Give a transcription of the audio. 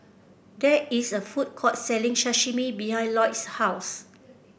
there is a food court selling Sashimi behind Lloyd's house